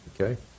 okay